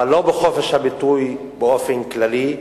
אבל לא בחופש הביטוי באופן כללי,